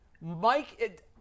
Mike